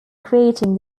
creating